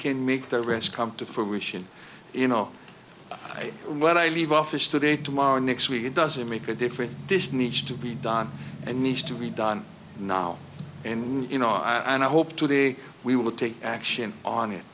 can make the rest come to fruition you know when i leave office today tomorrow or next week it doesn't make a difference this needs to be done and needs to be done now and you know and i hope today we will take action on it